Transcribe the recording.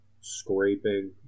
scraping